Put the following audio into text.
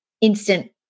instant